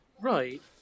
Right